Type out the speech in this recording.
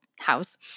house